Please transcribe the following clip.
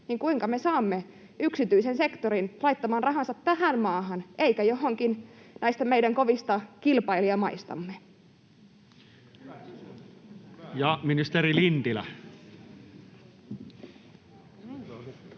niin kuinka me saamme yksityisen sektorin laittamaan rahansa tähän maahan eikä johonkin näistä meidän kovista kilpailijamaistamme?